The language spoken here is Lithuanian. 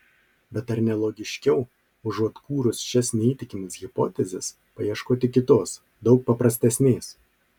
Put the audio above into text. bet ar ne logiškiau užuot kūrus šias neįtikimas hipotezes paieškoti kitos daug paprastesnės